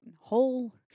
whole